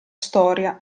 storia